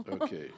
Okay